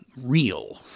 real